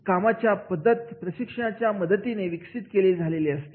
ही कामाची पद्धत प्रशिक्षकांच्या मदतीने विकसित झालेली असते